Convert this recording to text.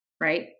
Right